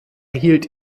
hielt